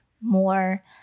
more